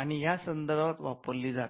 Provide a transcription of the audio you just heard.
आणि या संदर्भात वापरली जाते